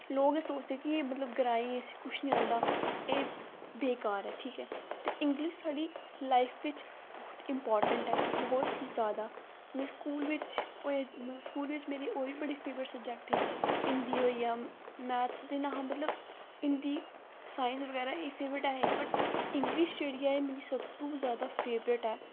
लोक इ'यै सोचदे कि एह् ग्राईं ऐ इसगी कुछ निं आंदा एह् बेकार ऐ ठीक ऐ ते एह्बी साढ़ी लाइफ बिच्च इम्पार्टेंट ऐ बौह्त गै जैदा मेरे स्कूल बिच्च मेरे स्कूल बिच्च होर बी बड़े फेवरेट सब्जैक्ट हे हिंदी होइया मैथ ते निं हा हिंदी इसदे बगैरा सारे सब्जैक्ट ऐ हे पर इंग्लिश जेह्ड़ी ऐ एह् मिगी सब तू जैदा फेवरेट ऐ